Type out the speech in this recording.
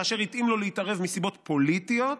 כאשר התאים לו להתערב מסיבות פוליטיות,